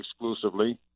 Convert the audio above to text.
exclusively